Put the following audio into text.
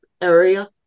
area